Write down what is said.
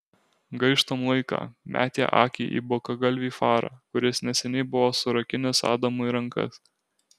gaištam laiką metė akį į bukagalvį farą kuris neseniai buvo surakinęs adamui rankas